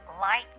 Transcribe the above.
light